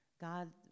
God